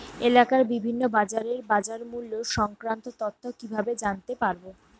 এলাকার বিভিন্ন বাজারের বাজারমূল্য সংক্রান্ত তথ্য কিভাবে জানতে পারব?